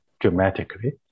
dramatically